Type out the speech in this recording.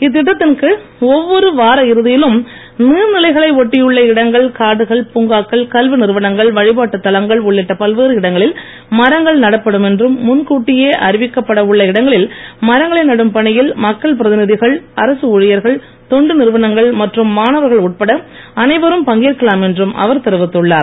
இத்திட்டத்தின் கீழ் ஒவ்வொரு வார இறுதியிலும் நீர்நிலைகளை ஒட்டியுள்ள இடங்கள் காடுகள் பூங்காக்கள் கல்வி நிறுவனங்கள் வழிபாட்டுத் தலங்கள் உள்ளிட்ட பல்வேறு இடங்களில் மரங்கள் நடப்படும் என்றும் முன்கூட்டியே அறிவிக்கப்பட உள்ள இடங்களில் மரங்களை நடும் பணியில் மக்கள் பிரதிநிதிகள் அரசு ஊழியர்கள் தொண்டு நிறுவனங்கள் மற்றும் மாணவர்கள் உட்பட அனைவரும் பங்கேற்கலாம் என்றும் அவர் தெரிவித்துள்ளார்